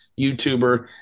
YouTuber